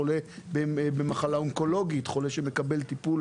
חולה במחלה אונקולוגית או חולה שמקבל טיפול